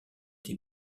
été